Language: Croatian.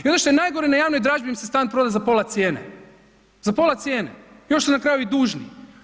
I ono što je najgore na javnoj dražbi im se stan proda za pola cijene, za pola cijene i još su na kraju i dužni.